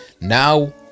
Now